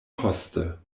poste